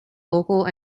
local